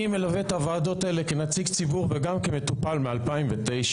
אני מלווה את הוועדות האלה כנציג ציבור וגם כמטופל מ-2009.